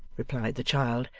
replied the child,